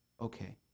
Okay